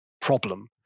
problem